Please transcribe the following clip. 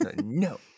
no